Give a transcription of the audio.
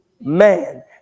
man